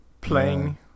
playing